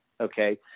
Okay